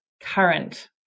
current